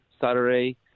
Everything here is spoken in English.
Saturday